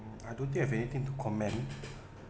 I don't think have anything to comment